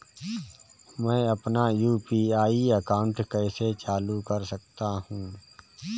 मैं अपना UPI account कैसे चालू कर सकता हूँ?